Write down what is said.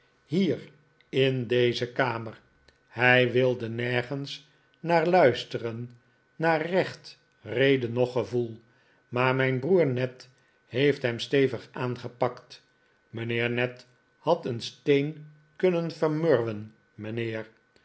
hier in deze kamer hij wilde nergens naar luisteren naar recht rede noch gevoel maar mijn broer ned heeft hem stevig aangepakt mijnheer ned had een steen kunnen vermurwen mijnheer